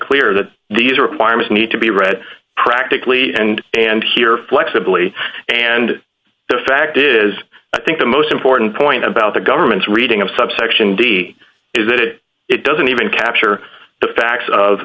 clear that these requirements need to be read practically and and here flexibly and the fact is i think the most important point about the government's reading of subsection d is that it doesn't even capture the facts of